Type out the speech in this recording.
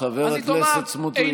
חבר הכנסת סמוטריץ',